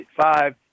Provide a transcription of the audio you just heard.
five